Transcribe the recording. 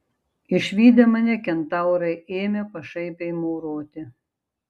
išvydę mane kentaurai ėmė pašaipiai mauroti